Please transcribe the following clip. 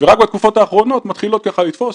ורק בתקופות האחרונות מתחילות לתפוס.